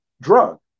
drug